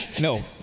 No